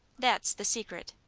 that's the secret.